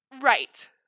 Right